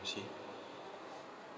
you see